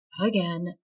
again